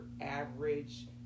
average